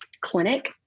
Clinic